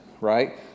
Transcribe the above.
right